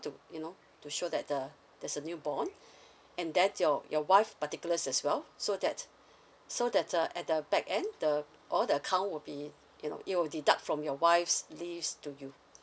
to you know to show that the there's a newborn and then your your wife particulars as well so that so that uh at the back end the all the account would be you know it will deduct from your wife's leaves to you